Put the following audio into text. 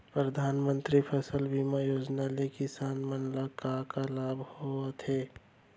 परधानमंतरी फसल बीमा योजना ले किसान मन ला का का लाभ ह मिलथे?